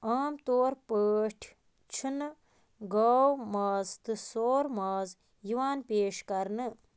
عام طور پٲٹھۍ چھُنہٕ گٲو ماز تہٕ سور ماز یِوان پیش کرنہٕ